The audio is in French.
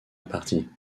réparties